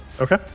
Okay